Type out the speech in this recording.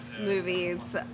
movies